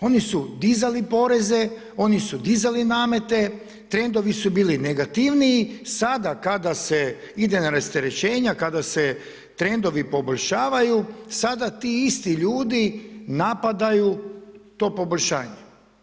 Oni su dizali poreze, oni su dizali namete, trendovi su bili negativnija, sada kada se ide na rasterećenja, kada se trendovi poboljšavaju, sada ti isti ljudi, napadaju to poboljšanje.